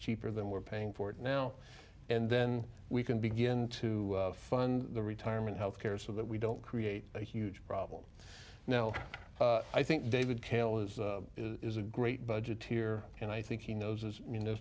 cheaper than we're paying for it now and then we can begin to fund the retirement health care so that we don't create a huge problem now i think david taylor is a great budgeteers and i think he knows as you know